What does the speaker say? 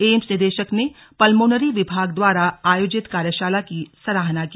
AIIMS निर्देशक ने pulmonary विभाग द्वारा आयोजित कार्यशाला की सराहना की